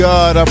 God